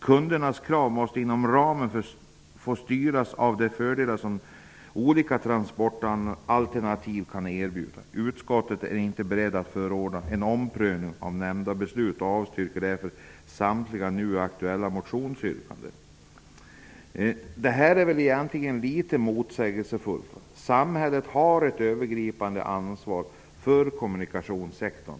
Kundernas krav måste inom den ramen få styras av de fördelar som olika transportalternativ kan erbjuda. Utskottet är inte berett att förorda en omprövning av nämnda beslut och avstyrker därför samtliga nu aktuella motionsyrkanden.'' Detta är egentligen motsägelsefullt. Samhället har ett övergripande ansvar för kommunikationssektorn.